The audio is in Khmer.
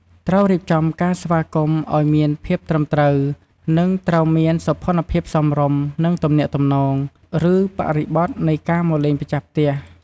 ត្រូវរៀបចំការស្វាគមន៍ឱ្យមានភាពត្រឹមត្រូវ និងត្រូវមានសោភណ្ឌភាពសមរម្យ នឹងទំនាក់ទំនង ឬបរិបទនៃការមកលេងម្ចាស់ផ្ទះ។